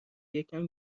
یکم